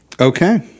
Okay